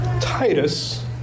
Titus